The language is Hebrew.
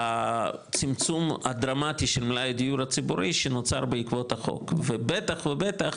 לצמצום הדרמטי של מלאי הדיור הציבורי שנוצר בעקבות החוק ובטח ובטח,